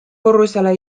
korrusele